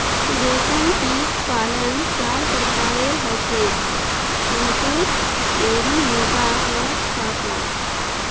रेशमकीट पालन चार प्रकारेर हछेक शहतूत एरी मुगा आर तासार